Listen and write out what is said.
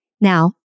Now